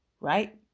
right